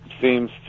seems